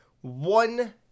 one